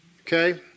Okay